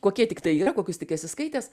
kokie tiktai yra kokius tik esi skaitęs